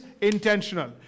intentional